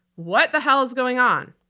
what the hell is going on?